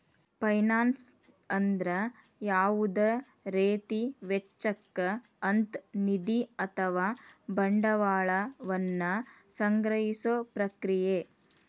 finance ಅಂದ್ರ ಯಾವುದ ರೇತಿ ವೆಚ್ಚಕ್ಕ ಅಂತ್ ನಿಧಿ ಅಥವಾ ಬಂಡವಾಳ ವನ್ನ ಸಂಗ್ರಹಿಸೊ ಪ್ರಕ್ರಿಯೆ